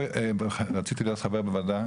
רציתי להיות חבר בוועדה.